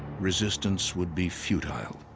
resistance would be futile.